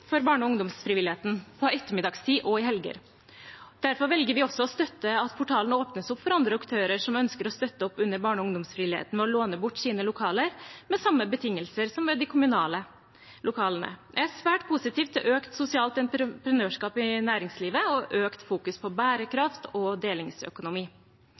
for barne- og ungdomsfrivilligheten på ettermiddagstid og i helger. Derfor velger vi også å støtte at portalen åpnes for andre aktører som ønsker å støtte opp om barne- og ungdomsfrivilligheten ved å låne bort sine lokaler med samme betingelser som for de kommunale lokalene. Jeg er svært positiv til økt sosialt entreprenørskap i næringslivet og økt fokus på